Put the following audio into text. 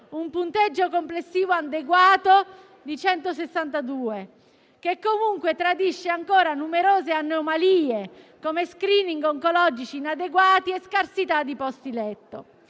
un punteggio complessivo adeguato di 162, che comunque tradisce ancora numerose anomalie, come *screening* oncologici inadeguati e scarsità di posti letto.